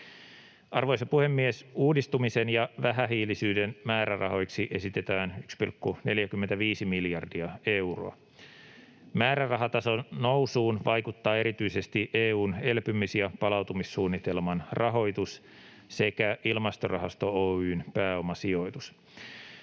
Arvoisa puhemies! Uudistumisen ja vähähiilisyyden määrärahoiksi esitetään 1,45 miljardia euroa. Määrärahatason nousuun vaikuttavat erityisesti EU:n elpymis- ja palautumissuunnitelman rahoitus sekä Ilmastorahasto Oy:n pääomasijoitus.